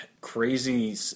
crazy